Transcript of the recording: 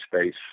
space